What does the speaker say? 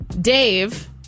Dave